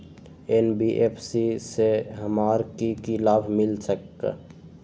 NBFC से हमार की की लाभ मिल सक?